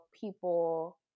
people